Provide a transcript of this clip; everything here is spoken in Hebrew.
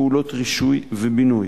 פעולות רישוי ובינוי.